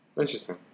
Interesting